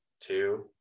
two